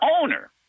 owner